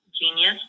genius